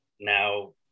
Now